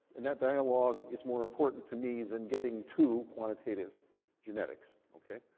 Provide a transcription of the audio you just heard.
and that dialog is more important to me than getting to quantitative genetics. okay?